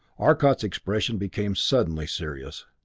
arcot's expression became suddenly serious.